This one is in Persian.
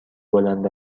بلند